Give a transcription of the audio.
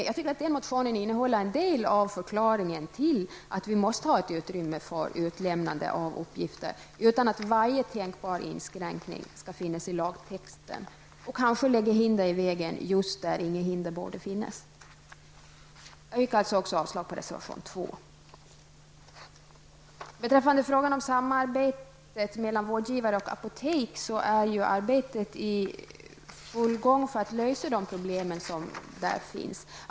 Jag tycker att den motionen innehåller en del av förklaringen till varför vi måste ha ett utrymme för utlämnande av uppgifter utan att varje tänkbar inskräkning skall finnas i lagtexten och kansle lägga hinder i vägen just där inget hinder borde finnas. Jag yrkar avslag på reservation nr 2. Beträffande frågan om samarbetet mellan vårdgivare och apotek är arbetet i full gång för att lösa problemen.